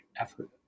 effort